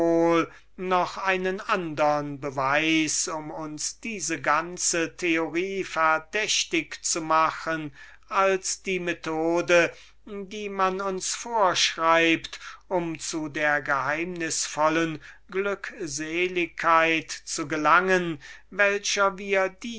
noch einen andern beweis um uns diese ganze theorie verdächtig zu machen als die methode die man uns vorschreibt um zu der geheimnisvollen glückseligkeit zu gelangen welcher wir